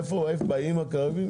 עוד עם יושב הראש הקודם,